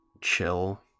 chill